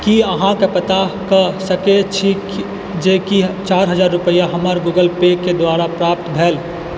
की अहाँ पता कऽ सकै छी जे कि रुपैआ हमर गूगल पेके द्वारा प्राप्त भेलै